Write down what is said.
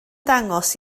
dangos